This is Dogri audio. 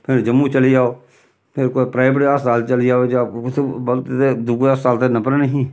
फिर जम्मू चली जाओ फिर कोई प्राइवेट अस्पताल चली जाओ जां कुत्थै बल ते दूए हस्पाल ते नंबर नेईं ही